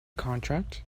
contract